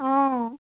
অঁ